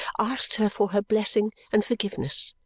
asked her for her blessing and forgiveness,